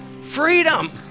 Freedom